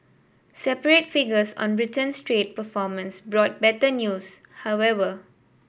separate figures on Britain's trade performance brought better news however